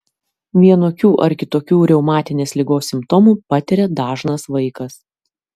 vienokių ar kitokių reumatinės ligos simptomų patiria dažnas vaikas